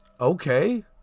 Okay